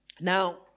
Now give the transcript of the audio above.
Now